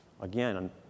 Again